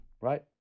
Right